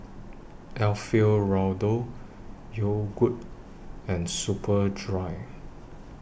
Alfio Raldo Yogood and Superdry